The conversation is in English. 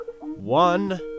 one